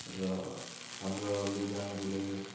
र हाम्रा लुगाहरूले